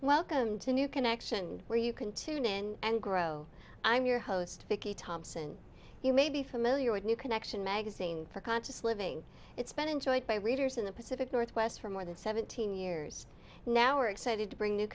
welcome to new connection where you can tune in and grow i'm your host vicky thompson you may be familiar with new connection magazine for conscious living it's been enjoyed by readers in the pacific northwest for more than seventeen years now we're excited to bring new